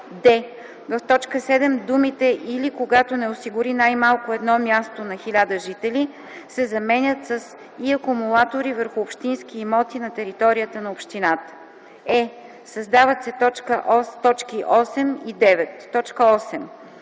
д) в т. 7 думите „или когато не осигури най-малко едно място на 1000 жители” се заменят с „и акумулатори върху общински имоти на територията на общината”; д) създават се т. 8 и 9: